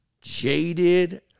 jaded